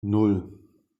nan